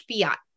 fiat